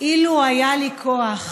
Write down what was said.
"אילו היה לי כוח